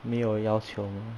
没有要求嘛